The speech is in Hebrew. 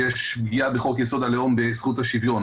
יש פגיעה בחוק יסוד: הלאום בזכות השוויון.